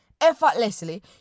effortlessly